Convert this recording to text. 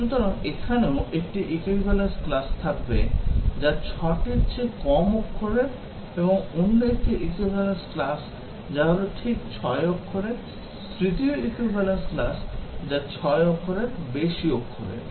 সুতরাং এখানেও আমাদের 1 টি equivalence class থাকবে যা 6 টির চেয়ে কম অক্ষরের এবং অন্য একটি equivalence class যা হল ঠিক 6 অক্ষরের তৃতীয় equivalence class যা 6 অক্ষরের বেশি অক্ষরের